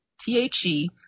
T-H-E